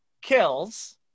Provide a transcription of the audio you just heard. kills